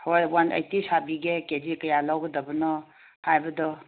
ꯍꯣꯏ ꯋꯥꯟ ꯑꯩꯇꯤ ꯁꯥꯕꯤꯒꯦ ꯀꯦꯖꯤ ꯀꯌꯥ ꯂꯧꯒꯗꯕꯅꯣ ꯍꯥꯏꯕꯗꯣ